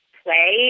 play